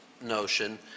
notion